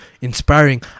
inspiring